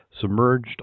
submerged